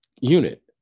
unit